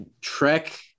trek